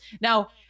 Now